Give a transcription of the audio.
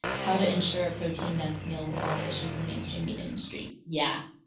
how to ensure a protein-dense meal with all the issues in mainstream meat industry? yeah,